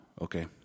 Okay